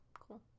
cool